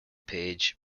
page